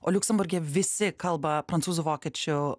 o liuksemburge visi kalba prancūzų vokiečių